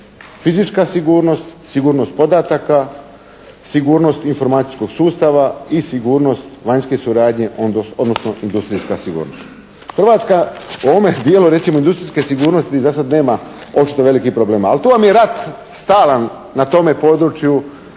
fizička sigurnost, sigurnost podataka, sigurnost informatičkog sustava i sigurnost vanjske suradnje odnosno industrijska sigurnost. Hrvatska u ovome dijelu industrijske sigurnosti za sada nema očito velikih problema, ali tu vam je rat stalan na tome području